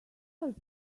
else